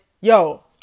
yo